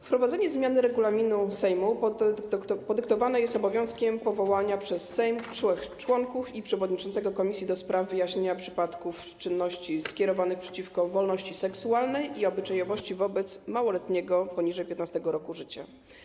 Wprowadzenie zmiany regulaminu Sejmu podyktowane jest obowiązkiem powołania przez Sejm członków i przewodniczącego komisji do spraw wyjaśnienia przypadków czynności skierowanych przeciwko wolności seksualnej i obyczajowości wobec małoletniego poniżej 15. roku życia.